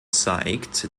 zeigt